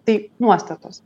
tai nuostatos